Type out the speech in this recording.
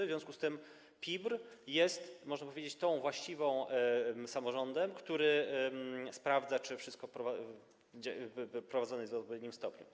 W związku z tym PIBR jest, można powiedzieć, tym właściwym samorządem, który sprawdza, czy wszystko jest prowadzone w odpowiednim stopniu.